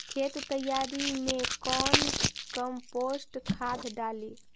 खेत तैयारी मे कौन कम्पोस्ट खाद डाली?